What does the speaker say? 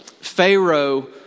Pharaoh